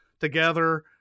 together